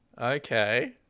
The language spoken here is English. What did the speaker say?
Okay